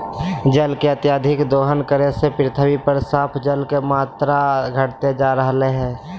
जल के अत्यधिक दोहन करे से पृथ्वी पर साफ पानी के मात्रा घटते जा रहलय हें